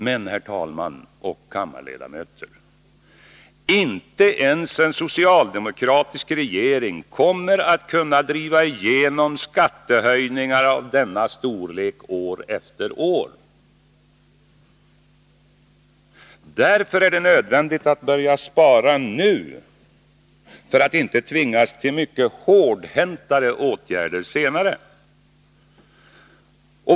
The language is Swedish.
Men, herr talman och kammarledamöter, inte ens en socialdemokratisk regering kommer att kunna driva igenom skattehöjningar av denna storlek år efter år. Därför är det nödvändigt att börja spara nu för att inte tvingas till mycket hårdhäntare åtgärder senare.